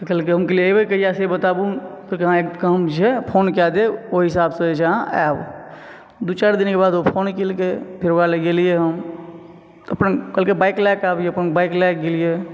तऽ कहलकय हम कहलियै एबय कहिआ से बताबू तऽ कहलकै अहाँक जे छै हम फोन कय देबऽ ओहि हिसाबसँ जे छै अहाँ आयब दू चारि दिनके बाद ओ फोन केलकय फेर ओकरालऽ गेलियै हम तऽ अपन कहलकै बाइक लयकऽ अबीह तऽ अपन बाइक लयकऽ गेलियै